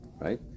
Right